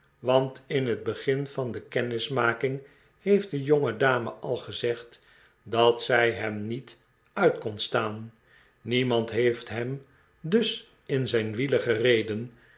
want in het begin van de kennismaking heeft de jongedame al gezegd dat'zij hem niet uit kon staan niemand heeft hem dus in zijn wielen gereden